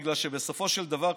בגלל שבסופו של דבר,